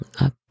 up